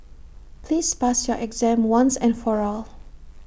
please pass your exam once and for all